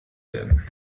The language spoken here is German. werden